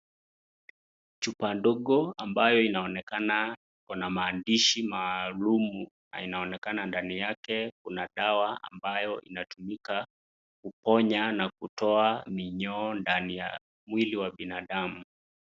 Chupa ndogo ambayo inaonekana iko na maandishi maalumu na inaonekana ndani yake kuna dawa ambayo inatumika kuponya na kutoa minyo ndani ya mwili wa binadamu.